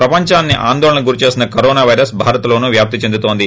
ప్రపంచాన్ని ఆందోళనకు గురిచేస్తున్న కరోనా పైరస్ భారత్ లోనూ వ్యాప్తి చెందుతోంది